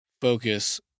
focus